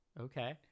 Okay